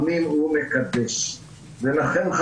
מקדש ולכן,